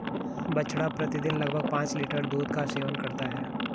बछड़ा प्रतिदिन लगभग पांच लीटर दूध का सेवन करता है